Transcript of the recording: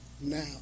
now